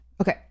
okay